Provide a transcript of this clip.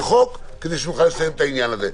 כדי שנוכל לסיים את העניין הזה.